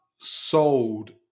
sold